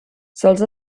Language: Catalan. sols